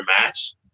match